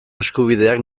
eskubideak